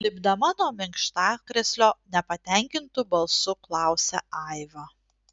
lipdama nuo minkštakrėslio nepatenkintu balsu klausia aiva